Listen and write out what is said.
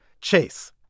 Chase